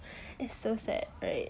it's so sad right